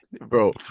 bro